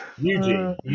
Eugene